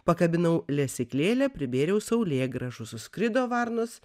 pakabinau lesyklėlę pribėriau saulėgrąžų suskrido varnos